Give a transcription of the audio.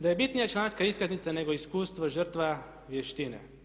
da je bitnija članska iskaznica nego iskustvo, žrtva i vještina.